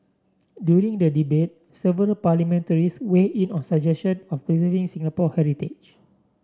during the debate several parliamentarians weighed in on suggestion on preserving Singapore heritage